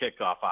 kickoff